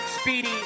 Speedy